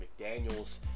McDaniels